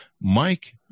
Mike